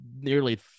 nearly